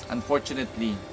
Unfortunately